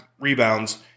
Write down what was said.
rebounds